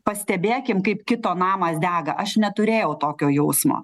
pastebėkim kaip kito namas dega aš neturėjau tokio jausmo